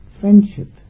Friendship